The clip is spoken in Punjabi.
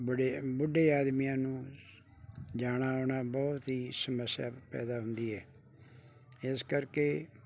ਬੜੇ ਬੁੱਢੇ ਆਦਮੀਆਂ ਨੁੂੰ ਜਾਣਾ ਆਉਣਾ ਬਹੁਤ ਹੀ ਸਮੱਸਿਆ ਪੈਦਾ ਹੁੰਦੀ ਹੈ ਇਸ ਕਰਕੇ